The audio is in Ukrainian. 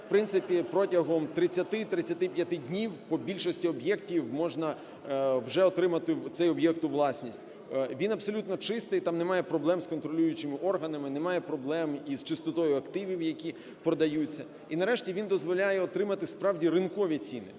протягом 30-35 днів по більшості об'єктів можна вже отримати цей об'єкт у власність. Він абсолютно чистий, там немає проблем з контролюючими органами, немає проблем із частотою активів, які продаються і, нарешті, він дозволяє отримати справді ринкові ціни.